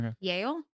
Yale